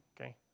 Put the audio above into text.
Okay